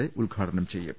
A ഉദ്ഘാടനം ചെയ്യും